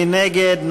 מי נגד?